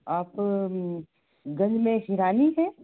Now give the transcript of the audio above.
आप गनमय हिरानी हैं